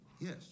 Yes